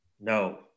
No